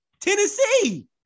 Tennessee